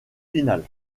final